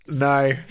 No